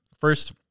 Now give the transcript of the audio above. first